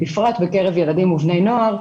בפרט בקרב ילדים ובני נוער,